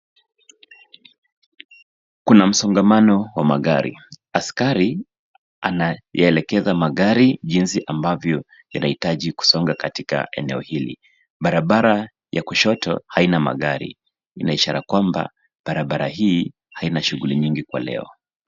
Kuna msongamano wa magari. Askaria anayaelekeza magari jinsi ambavyo yanahitaji kusonga katika eneo hili. Barabara ya kushoto haina magari, ina ishara kwamba barabara hii haina shughuli kwa leo.